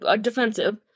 Defensive